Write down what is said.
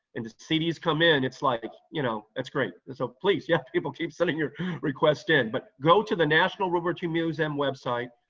and to see these come in, it's like, you know that's great. so, please, yeah, people keep sending your requests in, but go to the national world war ii museum website.